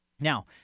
Now